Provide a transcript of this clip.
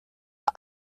are